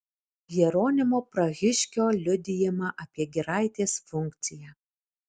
jeronimo prahiškio liudijimą apie giraitės funkciją